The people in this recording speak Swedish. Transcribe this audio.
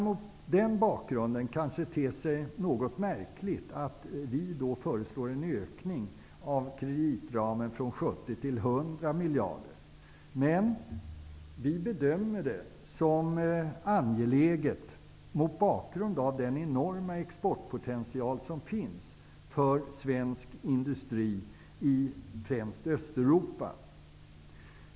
Mot denna bakgrund kan det te sig något märkligt att vi föreslår en ökning av kreditramen från 70 till 100 miljarder kronor. Men vi bedömer det som angeläget mot bakgrund av den enorma exportpotential som finns för svensk industri i främst Östeuropa.